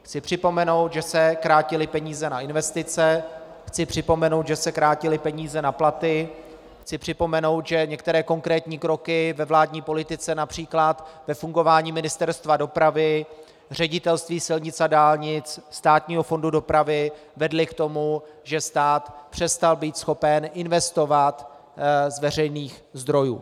Chci připomenout, že se krátily peníze na investice, chci připomenout, že se krátily peníze na platy, chci připomenout, že některé konkrétní kroky ve vládní politice, např. ve fungování Ministerstva dopravy, Ředitelství silnic a dálnic, Státního fondu dopravní infrastruktury, vedly k tomu, že stát přestal být schopen investovat z veřejných zdrojů.